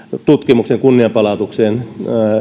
tutkimuksen kunnian palautukseen